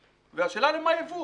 והשאלה היא למה ייבוא?